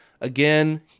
again